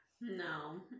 No